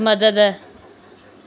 मदद